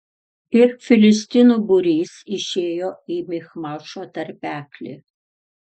ir filistinų būrys išėjo į michmašo tarpeklį